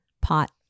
pot